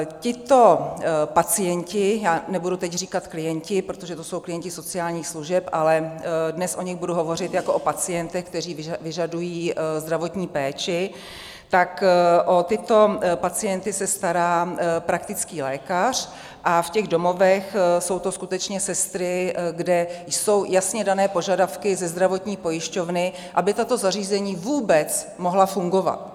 Tito pacienti, já nebudu teď říkat klienti, protože to jsou klienti sociálních služeb, ale dnes o nich budu hovořit jako o pacientech, kteří vyžadují zdravotní péči, tak o tyto pacienty se stará praktický lékař a v těch domovech jsou to skutečně sestry, kde jsou jasně dané požadavky ze zdravotní pojišťovny, aby tato zařízení vůbec mohla fungovat.